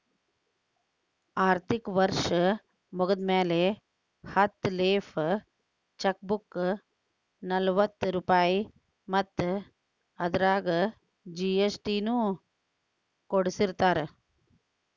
ಆರ್ಥಿಕ ವರ್ಷ್ ಮುಗ್ದ್ಮ್ಯಾಲೆ ಹತ್ತ ಲೇಫ್ ಚೆಕ್ ಬುಕ್ಗೆ ನಲವತ್ತ ರೂಪಾಯ್ ಮತ್ತ ಅದರಾಗ ಜಿ.ಎಸ್.ಟಿ ನು ಕೂಡಸಿರತಾರ